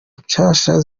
nshasha